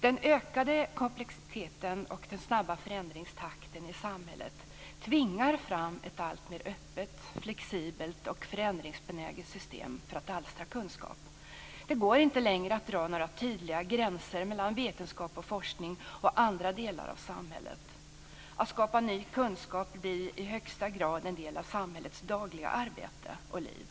Den ökade komplexiteten och den snabba förändringstakten i samhället tvingar fram ett alltmer öppet, flexibelt och förändringsbenäget system för att alstra kunskap. Det går inte längre att dra några tydliga gränser mellan vetenskap och forskning och andra delar av samhället. Att skapa ny kunskap blir i högsta grad en del av samhällets dagliga arbete och liv.